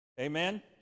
Amen